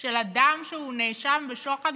של אדם שהוא נאשם בשוחד,